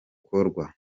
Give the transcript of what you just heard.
rukorwa